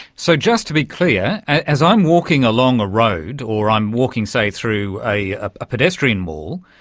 so, just to be clear, as i'm walking along a road or i'm walking, say, through a a pedestrian mall,